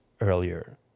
earlier